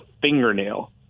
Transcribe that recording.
fingernail